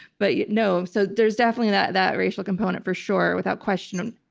but you know so there's definitely that that racial component for sure, without question.